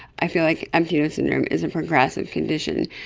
i feel like empty nose syndrome is a progressive condition,